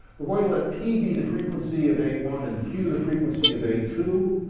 we're going to let p be the frequency of a one, and q the frequency of a two.